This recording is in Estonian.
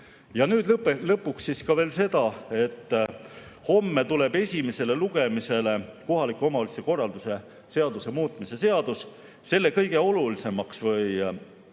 Nüüd lõpuks ka veel see, et homme tuleb esimesele lugemisele kohaliku omavalitsuse korralduse seaduse muutmise seadus. Selle kõige olulisemaks ja